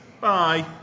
bye